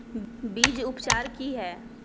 बीज उपचार कि हैय?